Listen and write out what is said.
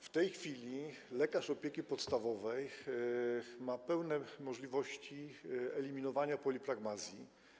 W tej chwili lekarz opieki podstawowej ma pełne możliwości eliminowania polipragmazji.